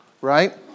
right